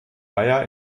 eier